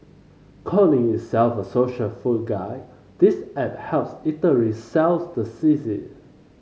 calling itself a social food guide this app helps eateries sells the sizzle